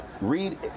read